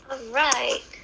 right